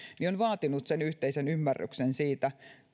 on vaatinut yhteisen ymmärryksen siitä